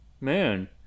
Man